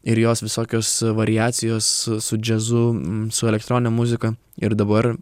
ir jos visokios variacijos su su džiazu su elektronine muzika ir dabar